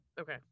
okay